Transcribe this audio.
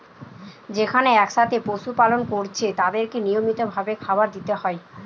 যেখানে একসাথে পশু পালন কোরছে তাদেরকে নিয়মিত ভাবে খাবার দিতে হয়